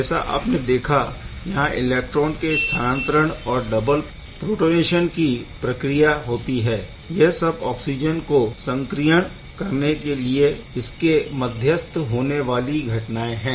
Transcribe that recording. जैसा आपने देखा यहाँ इलेक्ट्रॉन के स्थानांतरण और डबल प्रोटोनेशन की प्रक्रिया होती है यह सब ऑक्सिजन को संक्रियण करने के लिए इसके मध्यस्थ होने वाली घटनाएँ है